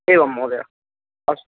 एवं महोदय अस्तु